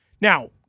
Now